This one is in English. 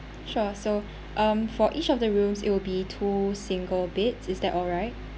sure so um for each of the rooms it will be two single beds is that alright